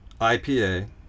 IPA